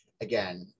again